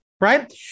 Right